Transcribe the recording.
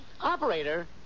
Operator